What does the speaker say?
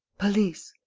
police.